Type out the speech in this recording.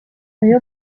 allò